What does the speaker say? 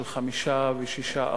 של 5% ו-6%,